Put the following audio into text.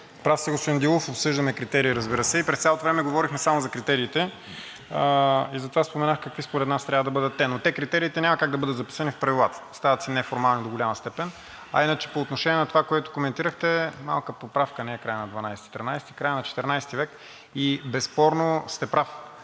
Прав сте, господин Дилов, обсъждаме критерии, разбира се, и през цялото време говорихме само за критериите, и затова споменах какви според Вас трябва да бъдат те. Но те, критериите, няма как да бъдат записани в правилата, остават си неформални до голяма степен. А иначе, по отношение на това, което коментирахте, малка поправка – не е в края на XII – XIII век, а е в края на XIV век. И безспорно сте прав.